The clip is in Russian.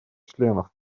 членов